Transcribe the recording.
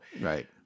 Right